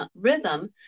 rhythm